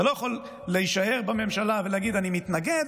אתה לא יכול להישאר בממשלה ולהגיד: אני מתנגד,